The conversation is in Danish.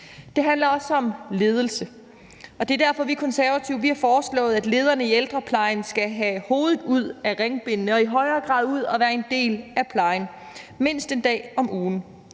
Det handler også om ledelse, og det er derfor, vi Konservative har foreslået, at lederne i ældreplejen skal have hovedet ud af ringbindene og i højere grad ud at være en del af plejen, mindst 1 dag om ugen,